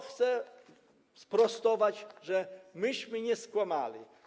Chcę sprostować, że myśmy nie skłamali.